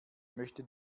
möchte